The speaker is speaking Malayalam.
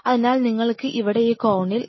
അതിനാൽ നിങ്ങൾക്ക് ഇവിടെ ഈ കോണിൽ